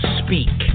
speak